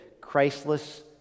Christless